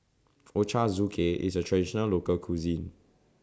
Ochazuke IS A Traditional Local Cuisine